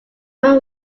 were